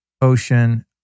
ocean